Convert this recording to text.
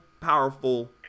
powerful